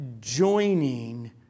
joining